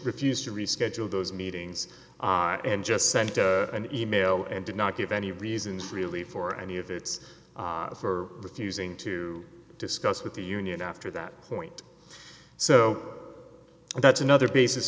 refused to reschedule those meetings and just sent an email and did not give any reasons really for any of it's for refusing to discuss with the union after that point so and that's another basis